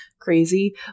crazy